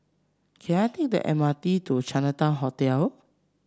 can I take the M R T to Chinatown Hotel